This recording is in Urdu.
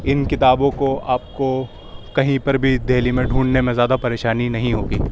اِن کتابوں کو آپ کو کہیں پر بھی دہلی میں ڈھونڈنے میں زیادہ پریشانی نہیں ہوگی